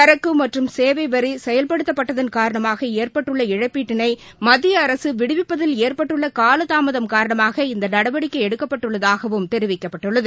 சரக்குமற்றம் சேவைவரிசெயல்படுத்தப்பட்டதன் காரணமாகஏற்பட்டுள்ள இழப்பீட்டினைமத்திய அரசுவிடுவிப்பதில் ஏற்பட்டுள்ளகாலதாமதம் காரணமாக இந்தநடவடிக்கைஎடுக்கப்பட்டுள்ளதாகவும் தெரிவிக்கப்பட்டுள்ளது